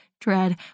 dread